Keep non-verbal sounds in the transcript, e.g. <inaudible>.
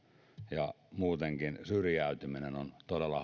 ja muutenkin syrjäytyminen on todella <unintelligible>